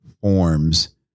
forms